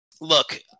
Look